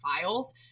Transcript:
files